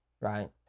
right